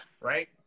Right